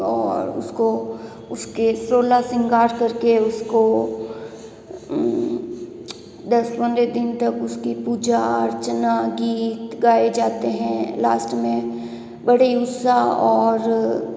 और उसको उसके सोलह सिंगार करके उसको दस बारह दिन तक उसकी पूजा अर्चना गीत गाए जाते हैं लास्ट में बड़े ही उत्साह और